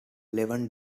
eleven